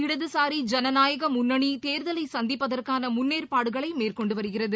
இடதுசாரி ஜனநாய முன்னணி கட்சி தேர்தலை சந்திப்பதற்கான முன்னேற்பாடுகளை மேற்கொண்டு வருகிறது